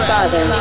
Father